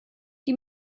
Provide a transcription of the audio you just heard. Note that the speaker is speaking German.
die